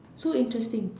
so interesting